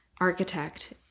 architect